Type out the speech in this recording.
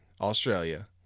Australia